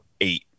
eight